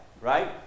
right